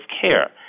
care